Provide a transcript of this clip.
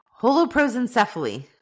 Holoprosencephaly